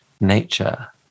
nature